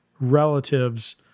relatives